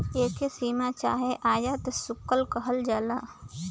एके सीमा चाहे आयात शुल्क कहल जाला